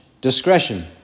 discretion